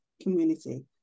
community